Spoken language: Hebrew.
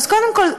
אז קודם כול,